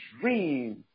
dream